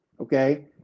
okay